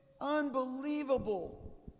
Unbelievable